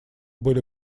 были